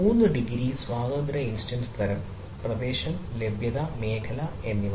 മൂന്ന് ഡിഗ്രി സ്വാതന്ത്ര്യ ഇൻസ്റ്റൻസ് തരം പ്രദേശം ലഭ്യത മേഖല എന്നിവ